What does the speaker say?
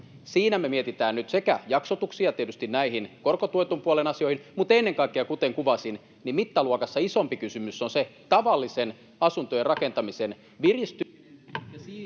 Siinä me mietitään nyt sekä jaksotuksia tietysti näihin korkotuetun puolen asioihin, mutta ennen kaikkea, kuten kuvasin, mittaluokassa isompi kysymys on se tavallisen asuntojen rakentamisen piristyminen